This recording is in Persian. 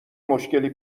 مشکلی